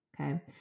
okay